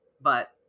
But-